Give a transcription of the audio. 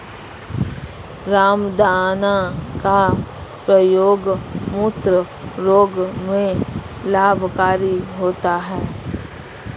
रामदाना का प्रयोग मूत्र रोग में लाभकारी होता है